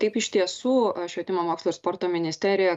taip iš tiesų švietimo mokslo ir sporto ministerija